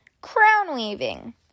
crown-weaving